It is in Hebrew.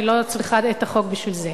אני לא צריכה את החוק בשביל זה.